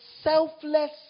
selfless